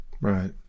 Right